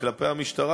כלפי המשטרה,